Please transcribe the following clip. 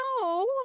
no